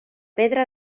pedra